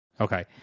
okay